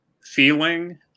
feeling